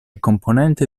componente